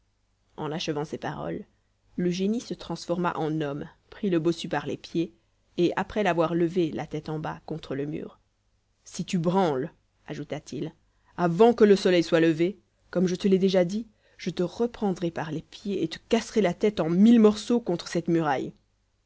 en achevant ces paroles le génie se transforma en homme prit le bossu par les pieds et après l'avoir levé la tête en bas contre le mur si tu branles ajouta-t-il avant que le soleil soit levé comme je te l'ai déjà dit je te reprendrai par les pieds et te casserai la tête en mille pièces contre cette muraille